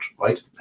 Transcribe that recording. right